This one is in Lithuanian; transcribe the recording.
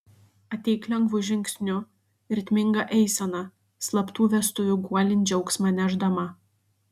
ateik lengvu žingsniu ritminga eisena slaptų vestuvių guolin džiaugsmą nešdama